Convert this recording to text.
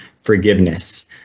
forgiveness